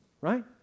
right